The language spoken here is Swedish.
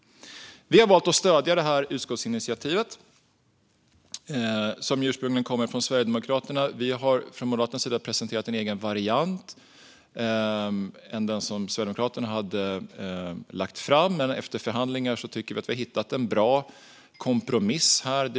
Vi har valt att stödja detta utskottsinitiativ, som ursprungligen kom från Sverigedemokraterna. Moderaterna har presenterat en egen variant, och efter förhandlingar tycker vi att vi har hittat en bra kompromiss.